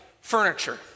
furniture